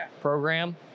program